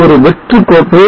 இது ஒரு வெற்று கோப்பு